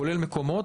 כולל מקומות.